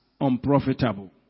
unprofitable